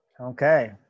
Okay